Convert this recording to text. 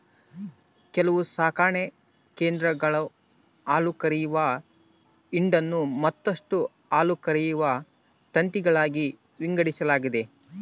ಕೆಲವು ಸಾಕಣೆ ಕೇಂದ್ರಗುಳಾಗ ಹಾಲುಕರೆಯುವ ಹಿಂಡನ್ನು ಮತ್ತಷ್ಟು ಹಾಲುಕರೆಯುವ ತಂತಿಗಳಾಗಿ ವಿಂಗಡಿಸಲಾಗೆತೆ